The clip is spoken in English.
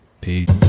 Peace